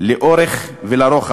לאורך ולרוחב: